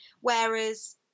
whereas